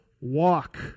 walk